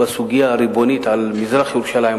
בסוגיית הריבונות על מזרח-ירושלים,